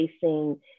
facing